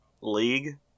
League